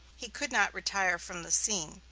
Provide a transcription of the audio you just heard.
he could not retire from the scene.